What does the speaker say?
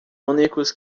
únicos